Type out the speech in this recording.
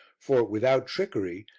for, without trickery,